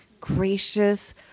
gracious